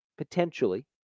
potentially